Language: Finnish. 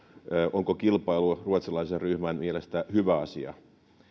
onko kilpailu ruotsalaisen ryhmän mielestä hyvä asia